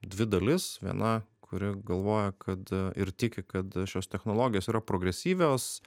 dvi dalis viena kuri galvoja kad ir tiki kad šios technologijos yra progresyvios